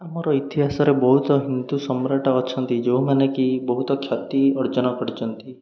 ଆମର ଇତିହାସରେ ବହୁତ ହିନ୍ଦୁ ସମ୍ରାଟ ଅଛନ୍ତି ଯେଉଁମାନେ କି ବହୁତ କ୍ଷତି ଅର୍ଜନ କରିଛନ୍ତି